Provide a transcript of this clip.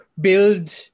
build